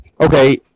Okay